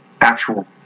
actual